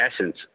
essence